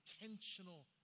intentional